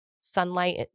sunlight